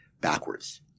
backwards